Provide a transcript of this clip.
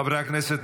חברי הכנסת,